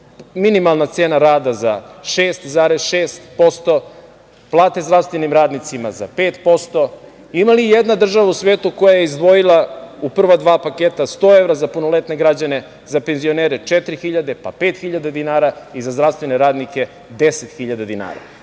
minimalna cena rada za 6,6%, plate zdravstvenim radnicima za 5%, ima li jedna država u svetu koja je izdvojila u prva dva paketa 100 evra za punoletne građane, za penzionere 4000, pa 5000 dinara, i za zdravstvene radnike 10.000 dinara. Ovaj